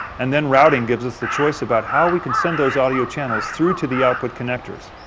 and then routing gives us the choice about how we can send those audio channels through to the output connectors.